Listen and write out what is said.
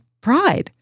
pride